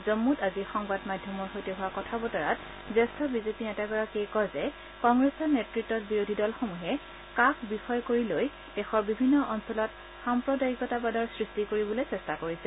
জম্মুত আজি সংবাদ মাধ্যমৰ সৈতে হোৱা কথা বতৰাত জ্যেষ্ঠ বিজেপি নেতাগৰাকীয়ে কয় যে কংগ্ৰেছৰ নেতত্তত বিৰোধী দলসমূহে 'কা'ক বিষয় কৰি লৈ দেশৰ বিভিন্ন অঞ্চলত সাম্প্ৰদায়িকতাবাদ সৃষ্টি কৰিবলৈ চেষ্টা কৰিছে